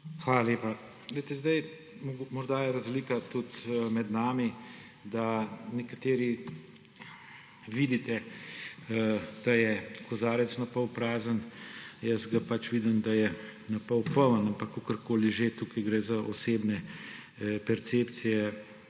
Hvala lepa. Morda je razlika tudi med nami, da nekateri vidite, da je kozarec napol prazen, jaz ga pač vidim, da je napol poln, ampak kakorkoli že, tukaj gre za osebne percepcije.